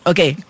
Okay